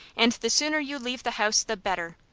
and the sooner you leave the house the better!